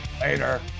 Later